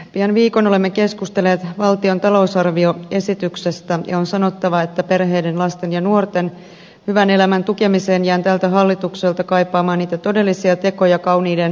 pian viikon olemme keskustelleet valtion talousarvioesityksestä ja on sanottava että perheiden lasten ja nuorten hyvän elämän tukemiseen jään tältä hallitukselta kaipaamaan niitä todellisia tekoja kauniiden sanojen tilalle